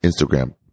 Instagram